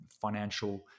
financial